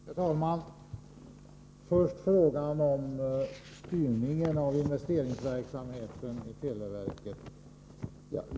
Herr talman! För det första gäller det frågan om styrningen av investeringsverksamheten i televerket.